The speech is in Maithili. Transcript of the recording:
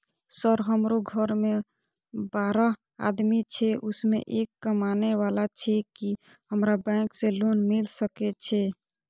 सर हमरो घर में बारह आदमी छे उसमें एक कमाने वाला छे की हमरा बैंक से लोन मिल सके छे?